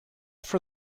for